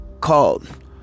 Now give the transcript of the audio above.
called